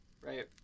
right